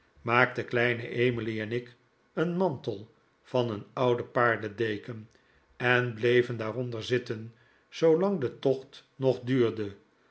maakten kleine emily en ik een mantel van een ouden paardedeken en bleven daaronder zitten zoolang de tocht nog duurde